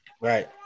Right